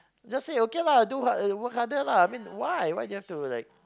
just say okay lah do hard work harder lah I mean why why do you have to like